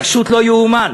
פשוט לא ייאמן: